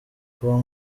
kuba